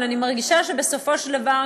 אבל אני מרגישה שבסופו של דבר,